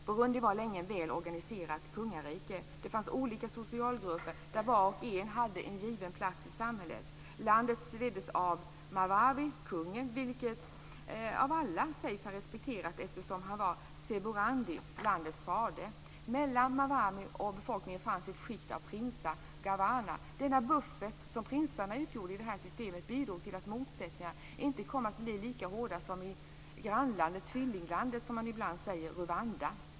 Burundi var länge ett väl organiserat kungarike. Det fanns olika socialgrupper där var och en hade sin givna plats i samhället. Landet leddes av mwami, kungen vilken alla sägs ha respekterat eftersom han var sebarundi, landets fader. Mellan mwami och befolkningen fanns ett skikt av prinsar, ganwa. Denna buffert som prinsarna utgjorde bidrog till att motsättningarna inte kom att bli lika hårda som i grannlandet, tvillinglandet som man ibland säger, Rwanda.